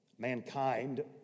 Mankind